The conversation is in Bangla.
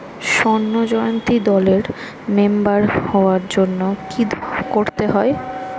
স্বর্ণ জয়ন্তী দলের মেম্বার হওয়ার জন্য কি করতে হবে?